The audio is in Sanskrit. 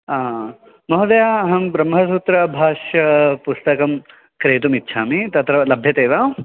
महोदय अहं ब्रह्मसूत्रभाष्यपुस्तकं क्रेतुमिच्छामि तत्र लभ्यते वा